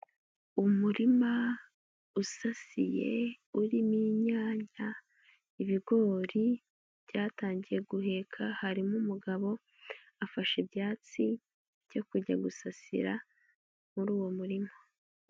Umurima usasiye urimo: inyanya, ibigori byatangiye guheka; harimo umugabo afashe ibyatsi byo kujya gusasira muri uwo murima.